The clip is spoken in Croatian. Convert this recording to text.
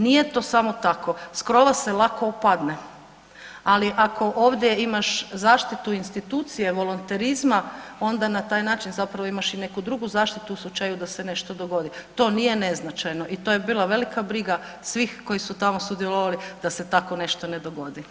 Nije to samo tako, s krova se lako opadne, ali ako ovdje imaš zaštitu institucije volonterizma onda na taj način zapravo imaš i neku drugu zaštitu u slučaju da se nešto dogodi, to nije neznačajno i to je bila velika briga svih koji su tamo sudjelovali da se tako nešto ne dogodi.